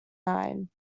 nine